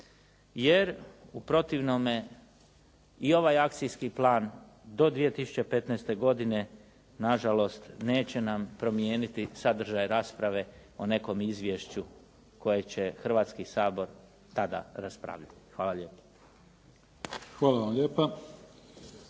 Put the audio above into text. Jer u protivnome i ovaj akcijski plan do 2015. godine na žalost neće nam promijeniti sadržaj rasprave o nekom izvješću koje će Hrvatski sabor tada raspravljati. Hvala lijepo. **Mimica, Neven